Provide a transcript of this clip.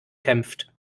kämpft